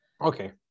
Okay